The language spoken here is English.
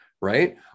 right